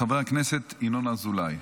חבר הכנסת ינון אזולאי,